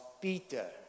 Peter